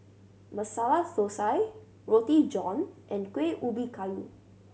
Masala Thosai Roti John and Kueh Ubi Kayu